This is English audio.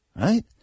Right